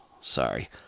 Sorry